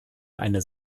eine